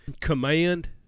Command